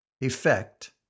effect